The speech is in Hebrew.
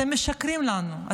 אתם משקרים לנו,